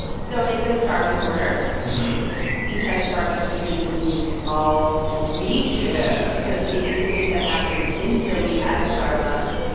so it's a starbucks order because starbucks has been in the news all week. yeah. because of the incident that happened in philly at a starbucks,